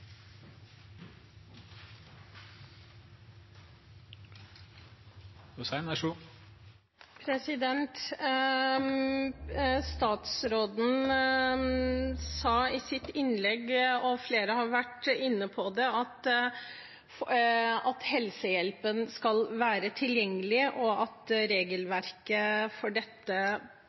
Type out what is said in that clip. Statsråden sa i sitt innlegg – og fleire har vært inne på det – at helsehjelpen skal være tilgjengelig, at regelverket for dette